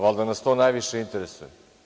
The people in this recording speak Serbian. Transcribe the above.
Valjda nas to najviše interesuje.